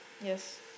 Yes